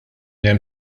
hemm